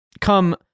come